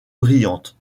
brillantes